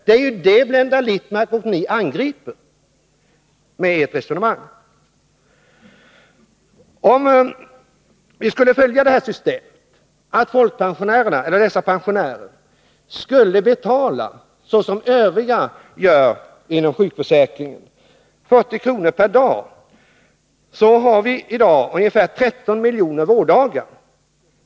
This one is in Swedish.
Det är ju det som Blenda Littmarck och ni andra angriper med ert resonemang. Om vi skulle följa det system som moderaterna föreslår skulle dessa pensionärer betala 40 kr. per dag, som övriga inom sjukförsäkringen betalar. Vi har i dag ungefär 13 miljoner vårddagar.